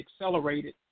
accelerated